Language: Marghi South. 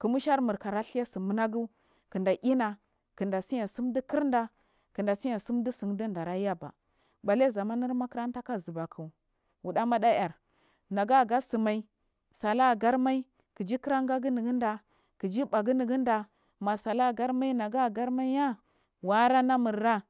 kimusharmur ka kra dhai sumun agu kinda ina kinda tsiya sumdir rda kinda tsiya tsun distun derayaba bale zamanin makarantak azubak wuɗamaɗaar nagaja ta imai suagarmai kiji kragha ghunu ghinda kiti ɓuguwnughida masellagar mai naga gharmaiya waranamurra.